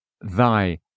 thy